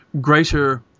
greater –